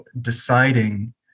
deciding